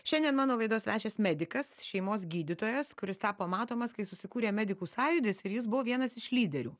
šiandien mano laidos svečias medikas šeimos gydytojas kuris tapo matomas kai susikūrė medikų sąjūdis ir jis buvo vienas iš lyderių